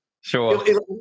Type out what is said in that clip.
Sure